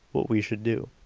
what we should do.